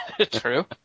True